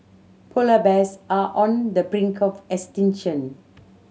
polar bears are on the brink of extinction